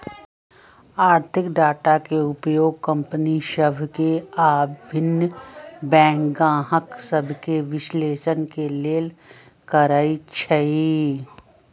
आर्थिक डाटा के उपयोग कंपनि सभ के आऽ भिन्न बैंक गाहक सभके विश्लेषण के लेल करइ छइ